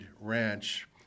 Ranch